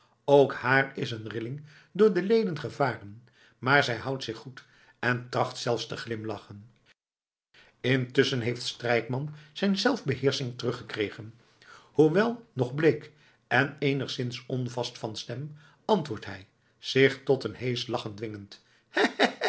ook haar is een rilling door de leden gevaren maar zij houdt zich goed en tracht zelfs te glimlachen intusschen heeft strijkman zijn zelfbeheersching teruggekregen hoewel nog bleek en eenigszins onvast van stem antwoordt hij zich tot een heesch lachen dwingend